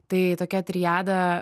tai tokia triada